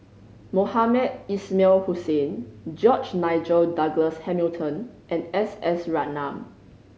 Mohamed Ismail Hussain George Nigel Douglas Hamilton and S S Ratnam